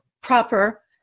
proper